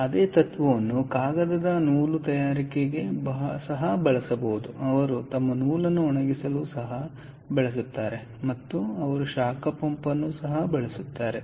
ಆದ್ದರಿಂದ ಅದೇ ತತ್ವವನ್ನು ಕಾಗದದ ನೂಲು ತಯಾರಕರಿಗೆ ಸಹ ಬಳಸಬಹುದು ಅವರು ತಮ್ಮ ನೂಲನ್ನು ಒಣಗಿಸಲು ಸಹ ಬಳಸುತ್ತಾರೆ ಮತ್ತು ಅವರು ಶಾಖ ಪಂಪ್ ಅನ್ನು ಸಹ ಬಳಸುತ್ತಾರೆ